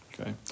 okay